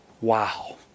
Wow